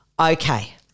okay